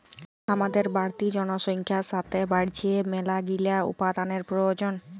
হামাদের বাড়তি জনসংখ্যার সাতে বাইড়ছে মেলাগিলা উপাদানের প্রয়োজন